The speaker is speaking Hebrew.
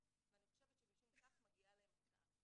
ואני חושבת שמשום כך מגיעה להם הסעה.